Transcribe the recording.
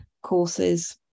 courses